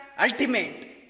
ultimate